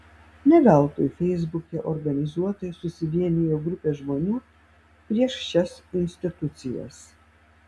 ne veltui feisbuke organizuotai susivienijo grupė žmonių prieš šias institucijas